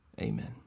Amen